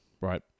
right